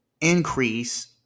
increase